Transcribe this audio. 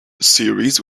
series